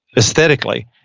aesthetically,